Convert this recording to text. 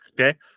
Okay